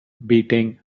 beating